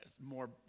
More